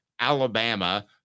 Alabama